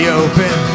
open